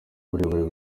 uburebure